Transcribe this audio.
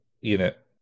unit